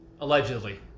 Allegedly